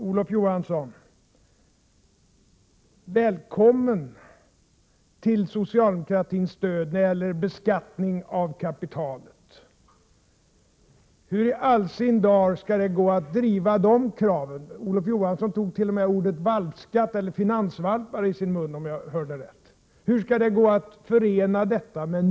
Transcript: Olof Johansson, välkommen till socialdemokratins stöd när det gäller beskattning av kapital. Hur skall det gå att driva de kraven? Hur skall de gå att förena med en moderat skattepolitik? Olof Johansson tog t.o.m. ordet valpskatt eller finansvalp i sin mun, om jag hörde rätt.